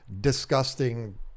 disgusting